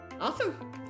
Awesome